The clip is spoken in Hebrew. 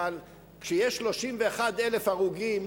אבל כשיש 31,000 הרוגים,